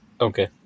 Okay